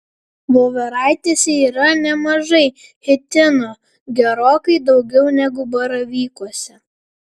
voveraitėse yra nemažai chitino gerokai daugiau negu baravykuose